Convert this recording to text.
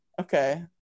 Okay